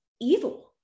evil